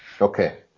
Okay